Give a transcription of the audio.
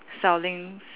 selling